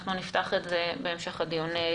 אנחנו נפתח את זה בהמשך הדיון.